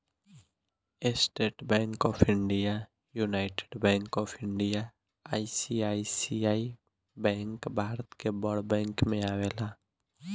estate Bank of India, United Bank of India, ICICI bank Bharat के बड़ bank में आवेला